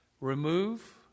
Remove